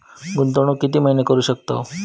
गुंतवणूक किती महिने करू शकतव?